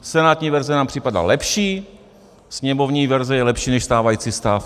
Senátní verze nám připadá lepší, sněmovní verze je lepší než stávající stav.